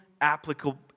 applicable